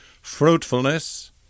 fruitfulness